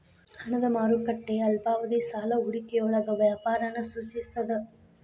ಹಣದ ಮಾರುಕಟ್ಟೆ ಅಲ್ಪಾವಧಿ ಸಾಲ ಹೂಡಿಕೆಯೊಳಗ ವ್ಯಾಪಾರನ ಸೂಚಿಸ್ತದ